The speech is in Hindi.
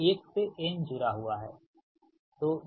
तो 1 से n जुड़ा हुआ है